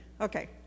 Okay